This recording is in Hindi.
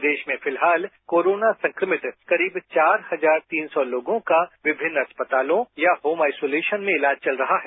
प्रदेश में फिलहाल कोरोना संक्रमित करीब चार हजार तीन सौ लोगों का विभिन्न अस्पतालों या होम आइसोलेशन में इलाज चल रहा है